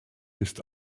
ist